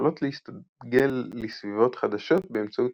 יכולות להסתגל לסביבות חדשות באמצעות